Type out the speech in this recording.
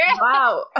wow